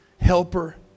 helper